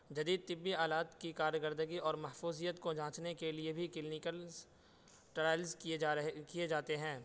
جدید طنی آلات کی کارکردگی اور محفوظیت کو جانچنے کے لیے بھی کلینیکلس ٹرائل کیے جا رہے کیے جاتے ہیں